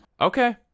Okay